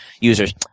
users